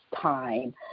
time